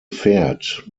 pferd